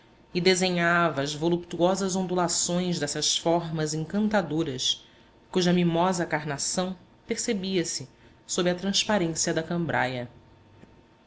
e desenhava as voluptuosas ondulações dessas formas encantadoras cuja mimosa carnação percebiase sob a transparência da cambraia